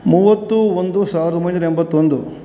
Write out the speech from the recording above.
ಮೂವತ್ತು ಒಂದು ಸಾವಿರದ ಒಂಬೈನೂರ ಎಂಬತ್ತೊಂದು